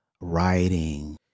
writing